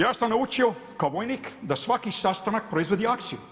Ja sam naučio, kao vojnik, da svaki sastanak proizvodi akciju.